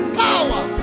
power